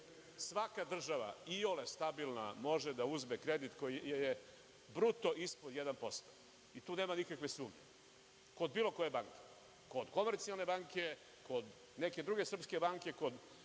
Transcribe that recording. Svaka država iole stabilna može da uzme kredit koji je bruto ispod 1% i tu nema nikakve sumnje. Kod bilo koje banke. Kod Komercijalne banke, kod neke druge srpske banke, kod